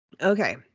Okay